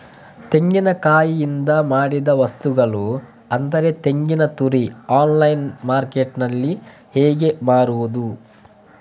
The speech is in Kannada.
ತೆಂಗಿನಕಾಯಿಯಿಂದ ಮಾಡಿದ ವಸ್ತುಗಳು ಅಂದರೆ ತೆಂಗಿನತುರಿ ಆನ್ಲೈನ್ ಮಾರ್ಕೆಟ್ಟಿನಲ್ಲಿ ಹೇಗೆ ಮಾರುದು?